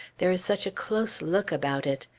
there is such a close look about it.